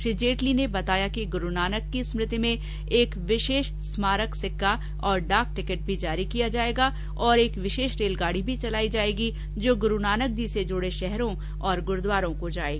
श्री जेटली ने बताया कि गुरू नानक की स्मृति में एक विशेष स्मारक सिक्का तथा डाक टिकट भी जारी किया जाएगा और एक विशेष रेलगाडी भी चलायी जाएगी जो गुरूनानक से जुड़े शहरों और गुरूद्वारों को जाएगी